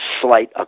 slight